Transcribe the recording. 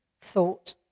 thought